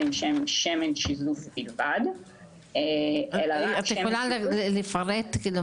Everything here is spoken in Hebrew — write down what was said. שהם שמן שיזוף בלבד אלא --- את יכולה לפרט מה